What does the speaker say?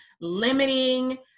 limiting